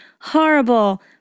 horrible